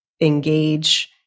engage